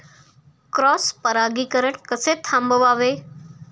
Cross परागीकरण कसे थांबवावे?